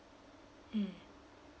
mm